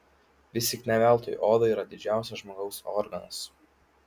vis tik ne veltui oda yra didžiausias žmogaus organas